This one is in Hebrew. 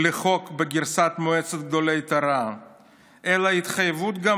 לחוק בגרסת מועצת גדולי התורה אלא התחייבות גם